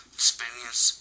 experience